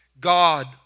God